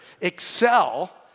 excel